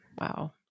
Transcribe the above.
wow